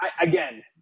again